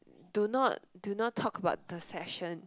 do not do not talk about the session